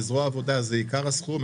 אבל בזרוע העבודה יש את עיקר הסכום.